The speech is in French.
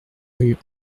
rue